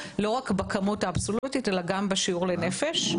לא רק בכמות האבסולוטית אלא גם בשיעור לנפש.